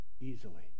easily